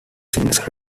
since